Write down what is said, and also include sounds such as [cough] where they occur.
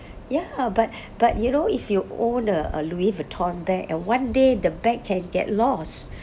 [breath] ya but [breath] but you know if you own a a Louis Vuitton bag and one day the bag can get lost